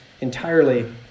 entirely